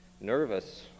nervous